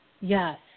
Yes